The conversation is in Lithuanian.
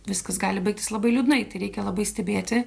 viskas gali baigtis labai liūdnai tai reikia labai stebėti